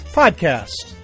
podcast